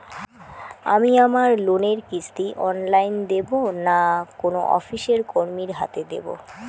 আমি আমার লোনের কিস্তি অনলাইন দেবো না কোনো অফিসের কর্মীর হাতে দেবো?